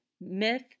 myth